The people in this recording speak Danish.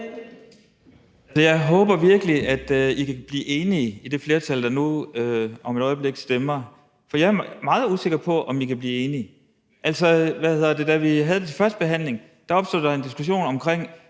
Jeg håber virkelig, at I kan blive enige i det flertal, der nu om et øjeblik stemmer, for jeg er meget usikker på, om I kan blive enige. Da vi havde det til førstebehandling, opstod der en diskussion om,